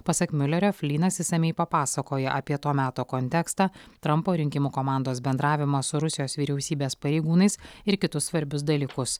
pasak miulerio flynas išsamiai papasakojo apie to meto kontekstą trampo rinkimų komandos bendravimą su rusijos vyriausybės pareigūnais ir kitus svarbius dalykus